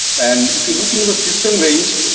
and if you look into the system range,